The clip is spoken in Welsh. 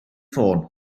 ffôn